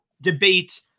debate